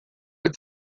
but